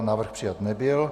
Návrh přijat nebyl.